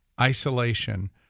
isolation